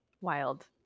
wild